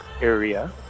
area